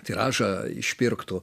tiražą išpirktų